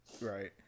Right